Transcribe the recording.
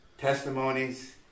testimonies